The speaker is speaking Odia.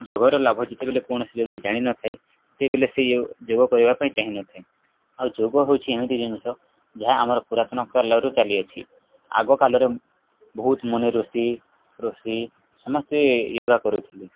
ଯୋଗର ଲାଭ ଯେତେବେଳେ କୌଣସି ବ୍ୟକ୍ତି ଜାଣିନଥାଏ ସେତେବେଳେ ସେ ଯୋଗ କରିବା ପାଇଁ ଚାହିଁନଥାଏ ଆଉ ଯୋଗ ହଉଛି ଏମିତି ଜିନିଷ ଯାହା ଆମର ପୁରାତନ କାଳରୁ ଚାଲିଅଛି ଆଗ କାଳରେ ବହୁତ ମୁନି ଋଷି ଋଷି ସମସ୍ତେ ୟୋଗା କରୁଥିଲେ